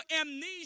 amnesia